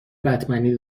بتمنی